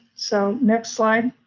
so, next slide.